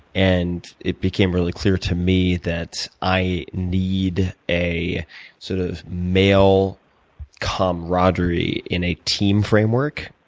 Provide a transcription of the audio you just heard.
and it became really clear to me that i need a sort of male camaraderie in a team framework